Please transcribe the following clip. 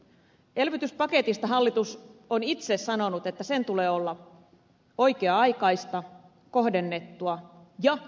elvytyspaketista hallitus on itse sanonut että sen tulee olla oikea aikaista kohdennettua ja väliaikaista